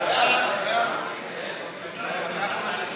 ההצעה להעביר